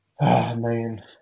Man